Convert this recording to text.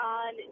on